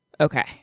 Okay